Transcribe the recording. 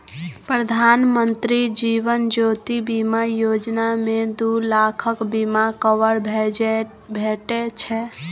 प्रधानमंत्री जीबन ज्योती बीमा योजना मे दु लाखक बीमा कबर भेटै छै